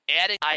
adding